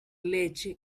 leche